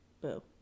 Boo